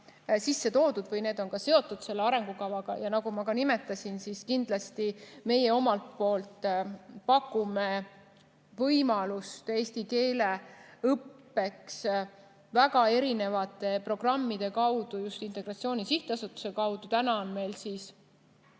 sisse toodud või need on ka seotud selle arengukavaga. Nagu ma nimetasin, siis kindlasti meie pakume võimalust eesti keele õppeks väga erinevate programmide kaudu, just Integratsiooni Sihtasutuse kaudu. Meil on